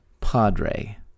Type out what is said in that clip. Padre